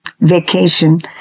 vacation